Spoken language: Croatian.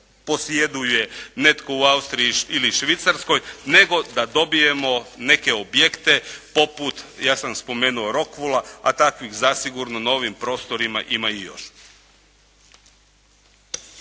posjeduje netko u Austriji ili Švicarskoj nego da dobijemo neke objekte poput ja sam spomenuo Rokvula, a takvih zasigurno na ovim prostorima ima još.